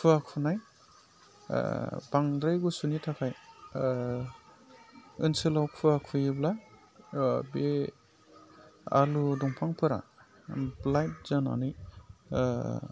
खुवा खुनाय बांद्राय गुसुनि थाखाय ओनसोलाव खुवा खुयोब्ला बे आलु दंफांफोरा लाइट जानानै